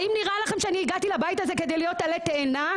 האם נראה לכם שאני הגעתי לבית הזה כדי להיות עלה תאנה?